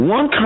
One